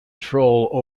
control